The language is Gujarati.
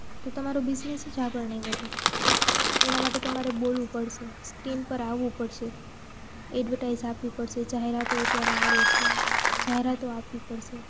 તો તમારો બિઝનેસ જ આગળ નહીં વધે એના માટે તમારે બોલવું પડશે સ્ક્રીન પર આવું પડશે એડવર્ટાઈઝ આપવી પડશે જાહેરાતો અત્યારે આવે છે જાહેરાતો આપવી પડશે